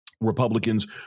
Republicans